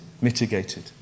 mitigated